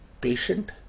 patient